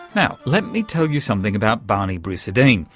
now, let me tell you something about bani brusadin.